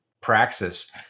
praxis